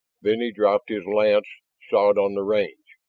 then he dropped his lance, sawed on the reins.